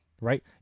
Right